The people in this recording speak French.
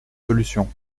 solution